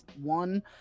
one